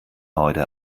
heute